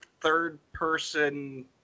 third-person